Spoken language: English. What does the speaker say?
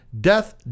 death